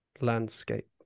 landscape